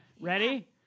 Ready